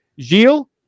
Gilles